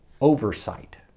oversight